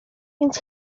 więc